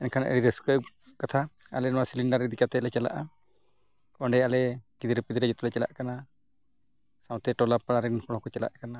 ᱮᱱᱠᱷᱟᱱ ᱟᱹᱰᱤ ᱨᱟᱹᱥᱠᱟᱹ ᱠᱟᱛᱷᱟ ᱟᱞᱮ ᱱᱚᱣᱟ ᱥᱤᱞᱤᱱᱰᱟᱨ ᱤᱫᱤ ᱠᱟᱛᱮᱫ ᱞᱮ ᱪᱟᱞᱟᱜᱼᱟ ᱚᱸᱰᱮ ᱟᱞᱮ ᱜᱤᱫᱽᱨᱟᱹ ᱯᱤᱫᱽᱨᱟᱹ ᱡᱚᱛᱚ ᱞᱮ ᱪᱟᱞᱟᱜ ᱠᱟᱱᱟ ᱥᱟᱶᱛᱟ ᱴᱚᱞᱟ ᱯᱟᱲᱟ ᱨᱮᱱ ᱦᱚᱲ ᱦᱚᱸᱠᱚ ᱪᱟᱞᱟᱜ ᱠᱟᱱᱟ